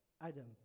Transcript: Adam